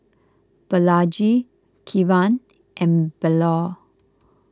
Balaji Kiran and Bellur